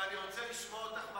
ואני רוצה לשמוע אותך,